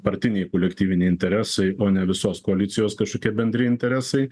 partiniai kolektyviniai interesai o ne visos koalicijos kažkokie bendri interesai